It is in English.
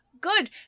good